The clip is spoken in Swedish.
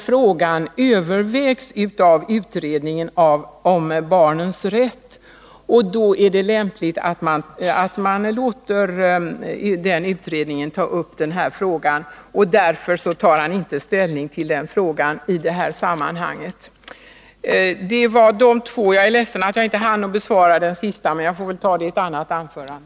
Frågan övervägs nu av utredningen om barnens rätt, och då är det lämpligt att låta utredningen presentera ett förslag. Därför tar han inte ställning till frågan. Jag är ledsen att jag inte hann besvara Jörn Svenssons sista fråga, men jag får väl göra det i ett annat anförande.